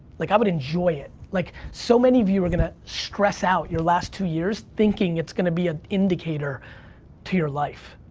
like, i would enjoy it. like, so many of you are gonna stress out your last two years thinking it's gonna be an an indicator to your life.